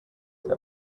der